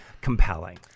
compelling